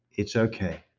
it's okay.